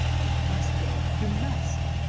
you must go, you must!